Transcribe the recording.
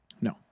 No